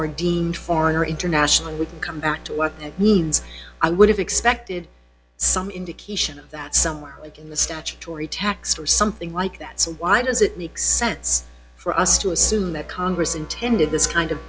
are deemed foreign or international it would come back to what that means i would have expected some indication of that somewhere in the statutory text or something like that so why does it make sense for us to assume that congress intended this kind of